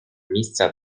місця